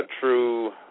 true